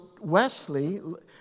Wesley